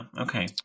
okay